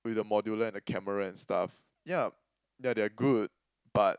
with the modular and the camera and stuff ya that they are good but